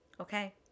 okay